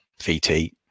VT